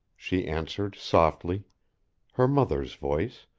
she answered softly her mother's voice